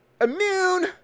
Immune